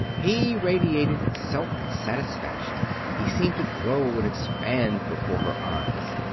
he radiated self-satisfaction. he seemed to grow and expand before her eyes.